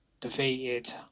defeated